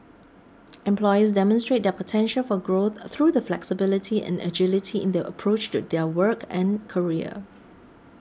employees demonstrate their potential for growth through the flexibility and agility in their approach to their work and career